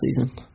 season